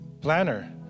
planner